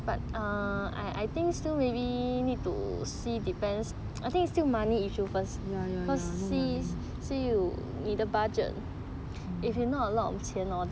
ya ya ya no money